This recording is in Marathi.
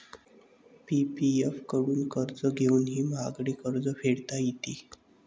पी.पी.एफ कडून कर्ज घेऊनही महागडे कर्ज फेडता येते